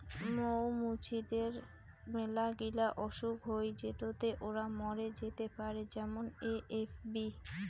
মৌ মুচিদের মেলাগিলা অসুখ হই যেটোতে ওরা মরে যেতে পারে যেমন এ.এফ.বি